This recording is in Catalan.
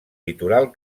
litoral